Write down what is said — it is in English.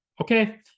Okay